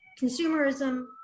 Consumerism